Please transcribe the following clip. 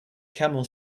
camel